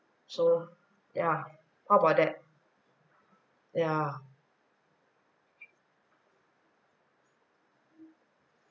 so ya what about that ya